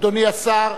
אדוני השר,